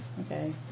Okay